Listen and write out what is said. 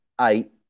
eight